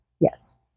Yes